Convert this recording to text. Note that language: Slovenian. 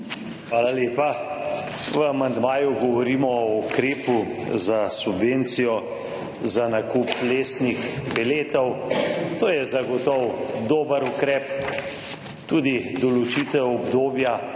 Hvala lepa. V amandmaju govorimo o ukrepu za subvencijo za nakup lesnih peletov. To je zagotovo dober ukrep. Tudi določitev obdobja